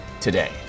today